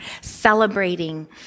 celebrating